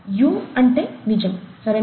you అంటే నిజం సరేనా